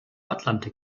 atlantik